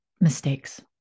mistakes